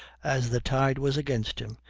as the tide was against him,